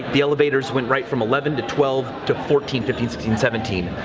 the elevators went right from eleven to twelve to fourteen, fifteen, sixteen, seventeen.